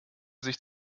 sich